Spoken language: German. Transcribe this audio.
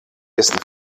dessen